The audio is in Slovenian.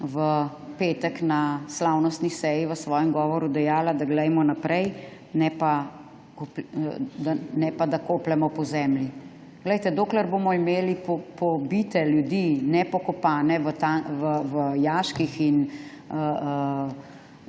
v petek na slavnostni seji v svojem govoru dejala, da glejmo naprej, ne pa da kopljemo po zemlji. Glejte, dokler bomo imeli pobite ljudi nepokopane v jaških in